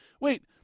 Wait